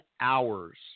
hours